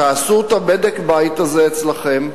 תעשו את בדק-הבית הזה אצלכם,